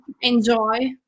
enjoy